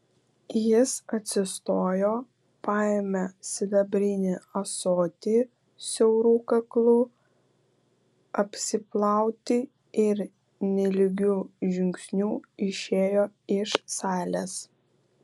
jis atsistojo paėmė sidabrinį ąsotį siauru kaklu apsiplauti ir nelygiu žingsniu išėjo iš salės